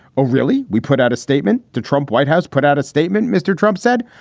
oh, really? we put out a statement to trump white house, put out a statement. mr. trump said,